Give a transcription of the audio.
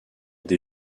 des